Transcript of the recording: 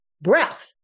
breath